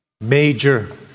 major